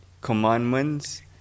commandments